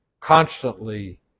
constantly